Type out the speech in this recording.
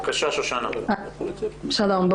שלום.